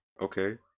okay